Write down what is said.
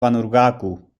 πανουργάκου